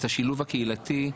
את השילוב הקהילתי,